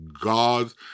gods